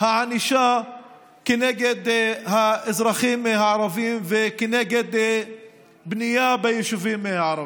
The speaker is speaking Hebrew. הענישה נגד האזרחים הערבים ונגד בנייה ביישובים הערביים.